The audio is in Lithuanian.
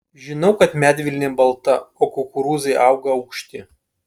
žinau kad medvilnė balta o kukurūzai auga aukšti